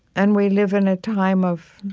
and we live in a time of